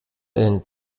einen